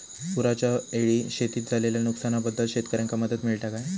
पुराच्यायेळी शेतीत झालेल्या नुकसनाबद्दल शेतकऱ्यांका मदत मिळता काय?